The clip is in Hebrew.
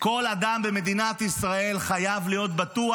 כל אדם במדינת ישראל חייב להיות בטוח